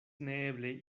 neeble